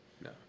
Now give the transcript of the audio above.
No